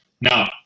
Now